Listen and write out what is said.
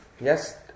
Yes